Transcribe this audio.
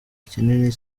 kinini